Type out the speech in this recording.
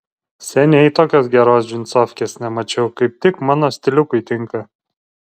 seniai tokios geros džinsofkės nemačiau kaip tik mano stiliukui tinka